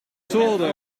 zolder